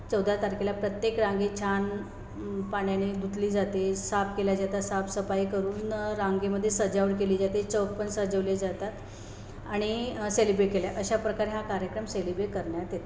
चौदा तारखेला प्रत्येक रांगे छान पाण्याने धुतली जाते साफ केल्या जात साफसफाई करून रांगेमध्ये सजावट केली जाते चौक पण सजवले जातात आणि सेलिब्रे केल्या अशा प्रकारे हा कार्यक्रम सेलिब्रे करण्यात येत